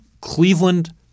Cleveland